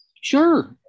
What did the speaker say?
Sure